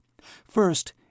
First